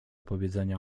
powiedzenia